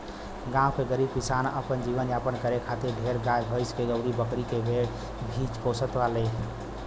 गांव के गरीब किसान अपन जीवन यापन करे खातिर ढेर गाई भैस अउरी बकरी भेड़ ही पोसत बाने